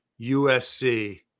USC